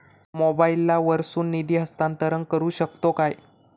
मोबाईला वर्सून निधी हस्तांतरण करू शकतो काय?